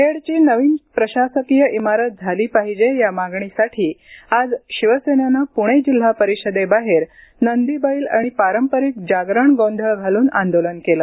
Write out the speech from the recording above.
खेडची नवीन प्रशासकीय इमारत झाली पाहिजे या मागणीसाठी आज शिवसेनेनं पुणे जिल्हा परिषदेबाहेर नंदीबैल आणि पारंपरिक जागरण गोंधळ घालून आंदोलन केलं